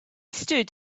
stood